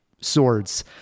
swords